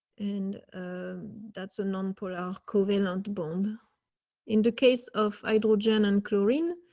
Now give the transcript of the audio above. and that's a non per hour covenant bond in the case of idle jan and chlorine.